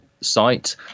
site